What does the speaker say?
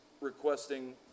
requesting